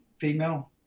female